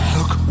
Look